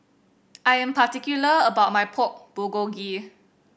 I am particular about my Pork Bulgogi